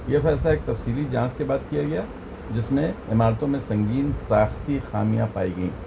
یہ فیصلہ ایک تفصیلی جانچ کے بعد کیا گیا جس میں عمارتوں میں سنگین ساختی خامیاں پائی گئیں